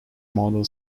model